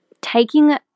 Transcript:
taking